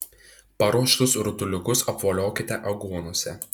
paruoštus rutuliukus apvoliokite aguonose